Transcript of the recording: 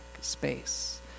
space